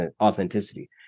authenticity